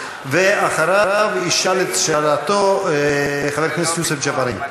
ואחריו ישאל את שאלתו חבר הכנסת יוסף ג'בארין.